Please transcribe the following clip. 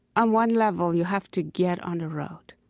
on one level, you have to get on the road.